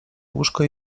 łóżko